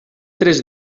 tres